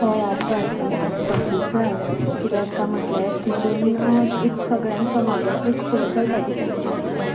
हय आसात आनी आसपाकूच जाय कित्याक काय म्हटल्यार तितून एक सगळ्यांक समाजांत एक फुडें सरपाची संदी मेळटा